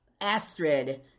Astrid